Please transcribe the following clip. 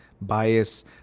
bias